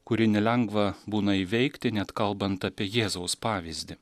kurį nelengva būna įveikti net kalbant apie jėzaus pavyzdį